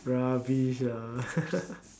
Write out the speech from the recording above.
rubbish lah